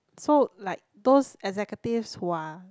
so like those executives who are